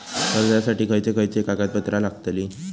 कर्जासाठी खयचे खयचे कागदपत्रा लागतली?